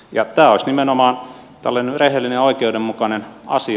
tämä olisi nimenomaan tällainen rehellinen ja oikeudenmukainen asia